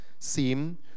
Seem